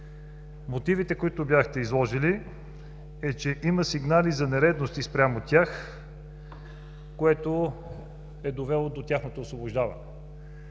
Мотивите, които бяхте изложили са, че има сигнали за нередности спрямо тях, което е довело до тяхното освобождаване.